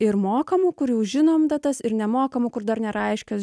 ir mokamų kur jau žinom datas ir nemokamų kur dar nėra aiškios